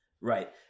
right